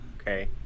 okay